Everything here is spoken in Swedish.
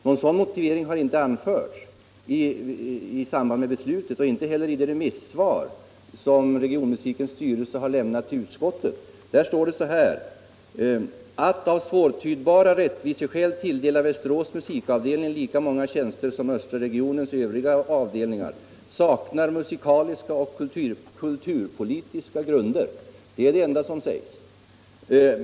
Någon sådan motivering har inte anförts i samband med beslutet och inte heller i det remissvar som regionmusikens styrelse har lämnat till utskottet. Där står: ”Att av svårtydbara rättviseskäl tilldela Västerås musikavdelning lika många tjänster som Östra regionens övriga avdelningar saknar, -—-- musikaliska och kulturpolitiska grunder.” Det är det enda som sägs.